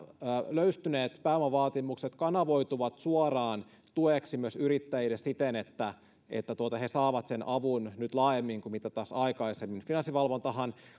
löystyneet pääomavaatimukset kanavoituvat suoraan tueksi myös yrittäjille siten että että he saavat sen avun nyt laajemmin kuin tässä aikaisemmin finanssivalvontahan